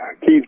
Keith